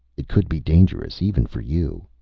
it could be dangerous even for you.